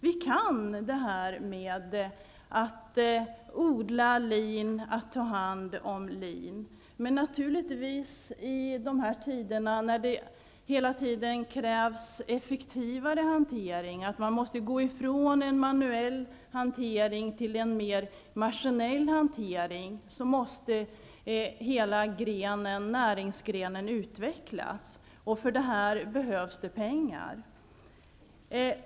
Vi kan odla lin och ta hand om lin. Men i dessa tider när det hela tiden krävs effektivare hantering och när man måste övergå från en manuell hantering till en mer maskinell hantering, måste naturligtvis hela näringsgrenen utvecklas, och för detta behövs det pengar.